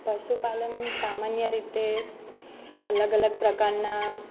પશુપાલન સામાન્ય રીતે અલગ અલગ પ્રકારનાં